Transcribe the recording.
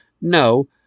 No